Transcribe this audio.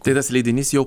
tai tas leidinys jau